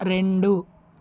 రెండు